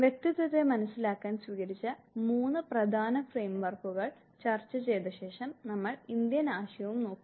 വ്യക്തിത്വത്തെ മനസ്സിലാക്കാൻ സ്വീകരിച്ച 3 പ്രധാന ഫ്രെയിം വർക്കുകൾ ചർച്ച ചെയ്ത ശേഷം നമ്മൾ ഇന്ത്യൻ ആശയവും നോക്കും